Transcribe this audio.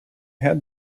had